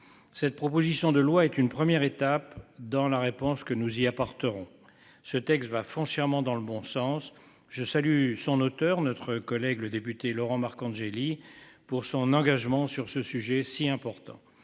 Cette proposition de loi est une première étape dans la réponse que nous y apporterons ce texte va foncièrement dans le bon sens. Je salue son auteur notre collègue le député Laurent Marcangeli pour son engagement sur ce sujet si important.